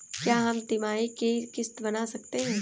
क्या हम तिमाही की किस्त बना सकते हैं?